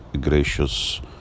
gracious